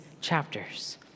chapters